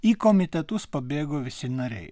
į komitetus pabėgo visi nariai